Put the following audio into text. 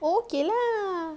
okay lah